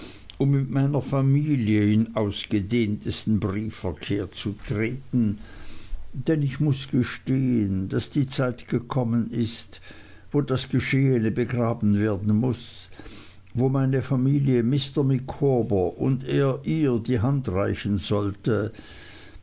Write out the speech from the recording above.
um mit meiner familie in ausgedehntesten briefverkehr zu treten denn ich muß gestehen daß die zeit gekommen ist wo das geschehene begraben werden muß wo meine familie mr micawber und er ihr die hand reichen sollte